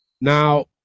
Now